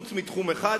חוץ מתחום אחד,